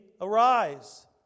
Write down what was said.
arise